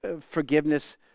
forgiveness